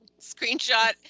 Screenshot